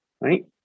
right